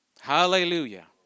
Hallelujah